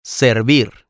servir